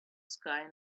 sky